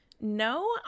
No